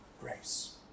grace